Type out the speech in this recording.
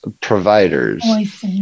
providers